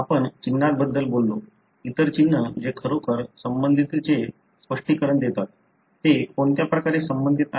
आपण चिन्हांबद्दल बोललो इतर चिन्ह जे खरोखर संबंधिततेचे स्पष्टीकरण देतात ते कोणत्या प्रकारे संबंधित आहेत